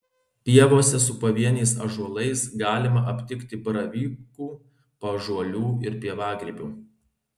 pievose su pavieniais ąžuolais galima aptikti baravykų paąžuolių ir pievagrybių